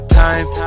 time